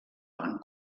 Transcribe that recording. van